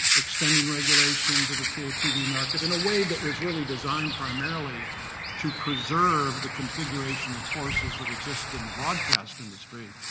extending regulation to the so catv market in a way that was really designed primarily to preserve the configuration of forces that existed in the broadcast industry,